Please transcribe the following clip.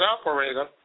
operator